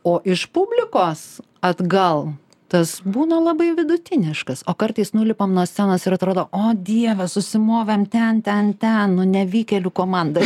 o iš publikos atgal tas būna labai vidutiniškas o kartais nulipam nuo scenos ir atrodo o dieve susimovėm ten ten ten nu nevykėlių komanda